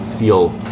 feel